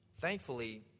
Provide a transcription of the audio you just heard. Thankfully